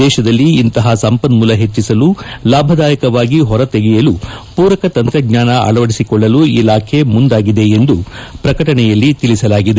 ದೇಶದಲ್ಲಿ ಇಂತಹ ಸಂಪನ್ನೂಲ ಹೆಚ್ಚಸಲು ಲಾಭದಾಯಕವಾಗಿ ಹೊರ ತೆಗೆಯಲು ಪೂರಕ ತಂತ್ರಜ್ಜಾನ ಅಳವಡಿಸಿಕೊಳ್ಳಲು ಇಲಾಖೆ ಮುಂದಾಗಿದೆ ಎಂದು ಪ್ರಕಟಣೆಯಲ್ಲಿ ತಿಳಿಸಲಾಗಿದೆ